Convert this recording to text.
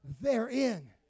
therein